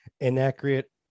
inaccurate